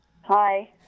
Hi